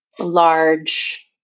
large